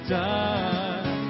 done